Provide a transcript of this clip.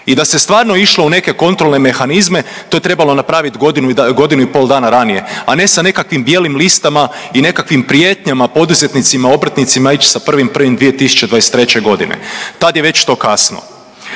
i da se stvarno išlo u neke kontrolne mehanizme to je trebalo napraviti godinu, godinu i pol dana ranije, a ne sa nekakvim bijelim listama i nekakvim prijetnjama poduzetnicima, obrtnicima ići sa 1.1.2023. godine. Tad je već to kasno.